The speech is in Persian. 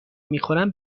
میخورم